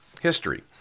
history